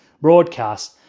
broadcast